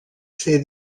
ser